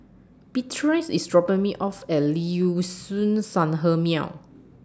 Beatrice IS dropping Me off At Liuxun Sanhemiao